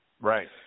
Right